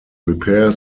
repair